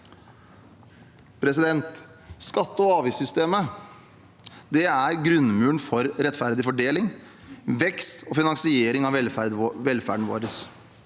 Skatte- og avgiftssystemet er grunnmuren for rettferdig fordeling, vekst og finansiering av velferden vår.